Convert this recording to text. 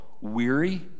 weary